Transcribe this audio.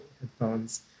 headphones